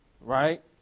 right